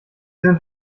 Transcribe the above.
sind